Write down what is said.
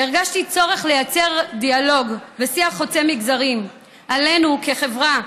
הרגשתי צורך לייצר דיאלוג ושיח חוצה מגזרים עלינו כחברה,